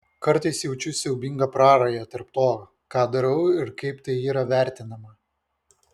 kartais jaučiu siaubingą prarają tarp to ką darau ir kaip tai yra vertinama